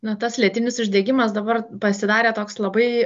na tas lėtinis uždegimas dabar pasidarė toks labai